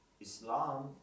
Islam